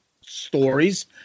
stories